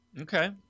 Okay